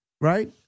right